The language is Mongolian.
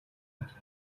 байх